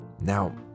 now